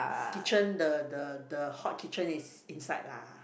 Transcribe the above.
kitchen the the the hot kitchen is inside lah